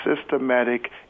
systematic